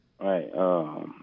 Right